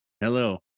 Hello